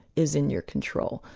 is in your control.